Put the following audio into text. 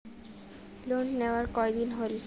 Loan নেওয়ার কতদিন হইল?